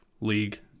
league